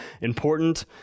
important